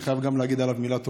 אני חייב להגיד גם עליו מילה טובה.